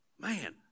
Man